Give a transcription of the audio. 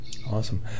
Awesome